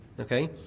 Okay